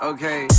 Okay